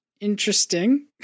interesting